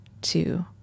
two